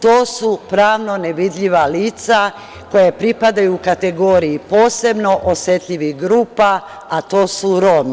To su pravno nevidljiva lica koja pripadaju kategoriji posebno osetljivih grupa, a to su Romi.